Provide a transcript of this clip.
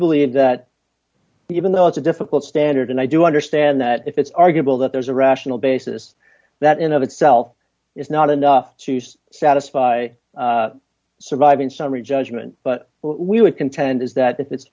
believe that even though it's a difficult standard and i do understand that if it's arguable that there's a rational basis that in of itself it's not enough to use satisfy surviving summary judgment but we would contend is that if it's